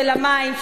של המים,